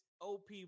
OP